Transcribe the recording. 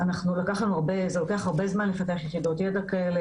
לוקח הרבה זמן לפתח יחידות ידע כאלה